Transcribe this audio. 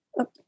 Okay